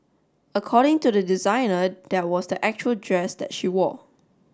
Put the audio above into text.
according to the designer that was the actual dress that she wore